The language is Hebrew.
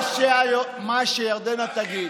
מה שירדנה תגיד.